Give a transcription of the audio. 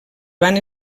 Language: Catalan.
van